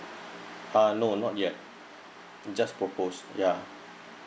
ah no not yet mm just proposed ya